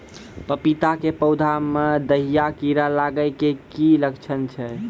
पपीता के पौधा मे दहिया कीड़ा लागे के की लक्छण छै?